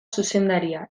zuzendaria